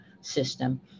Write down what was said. system